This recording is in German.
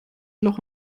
loch